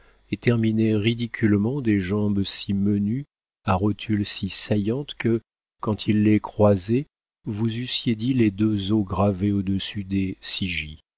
et terminaient ridiculement des jambes si menues à rotules si saillantes que quand il les croisait vous eussiez dit les deux os gravés au-dessus des